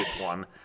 one